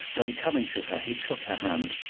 then, coming to her, he took her hand,